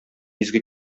изге